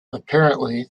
apparently